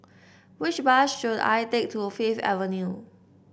which bus should I take to Fifth Avenue